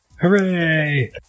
Hooray